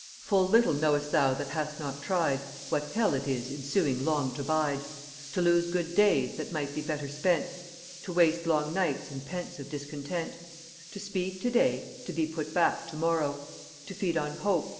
full little knowest thou that hast not tried what hell it is in suing long to bide to lose good days that might be better spent to waste long nights in pensive discontent to speed today, to be put back tomorrow to feed on hope,